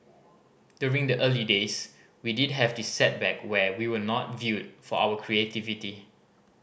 during the early days we did have this setback where we were not viewed for our creativity